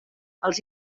els